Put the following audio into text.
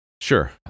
Sure